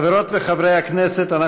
חברות וחברי הכנסת,